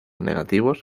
negativos